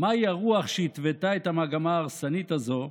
מהי הרוח שהתוותה את המגמה ההרסנית הזאת?